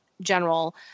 general